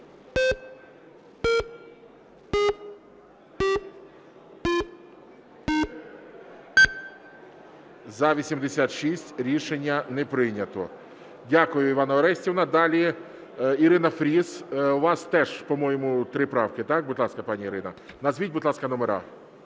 За-86 Рішення не прийнято. Дякую, Іванна Орестівна. Далі Ірина Фріз. У вас теж, по-моєму, три правки, так? Будь ласка, пані Ірина. Назвіть, будь ласка, номера.